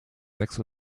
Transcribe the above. sechs